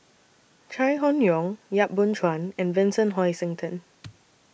Chai Hon Yoong Yap Boon Chuan and Vincent Hoisington